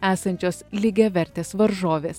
esančios lygiavertės varžovės